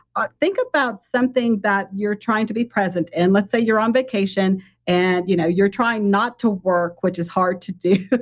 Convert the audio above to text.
ah think about something that you're trying to be present in. let's say you're on vacation and you know you're trying not to work which is hard to do.